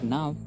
Now